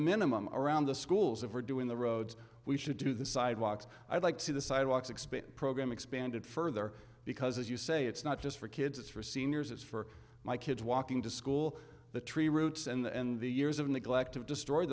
minimum around the schools of are doing the roads we should do the sidewalks i'd like to see the sidewalks expand program expanded further because as you say it's not just for kids it's for seniors it's for my kids walking to school the tree roots and the years of neglect of destroy